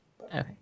Okay